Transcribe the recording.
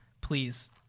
please